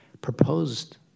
proposed